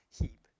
heap